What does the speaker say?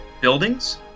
buildings